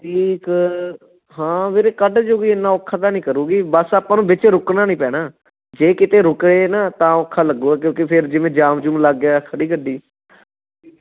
ਠੀਕ ਹਾਂ ਵੀਰੇ ਕੱਢ ਜੋਗੀ ਇੰਨਾਂ ਔਖਾ ਤਾਂ ਨਹੀਂ ਕਰੇਗੀ ਬਸ ਆਪਾਂ ਨੂੰ ਵਿੱਚ ਰੁਕਣਾ ਨਹੀਂ ਪੈਣਾ ਜੇ ਕਿਤੇ ਰੁਕ ਰਹੇ ਨਾ ਤਾਂ ਔਖਾ ਲੱਗੂ ਕਿਉਂਕਿ ਫਿਰ ਜਿਵੇਂ ਜਾਮ ਜੂਮ ਲੱਗ ਗਿਆ ਖੜ੍ਹੀ ਗੱਡੀ